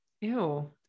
Ew